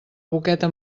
boqueta